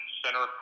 center